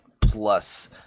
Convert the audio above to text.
plus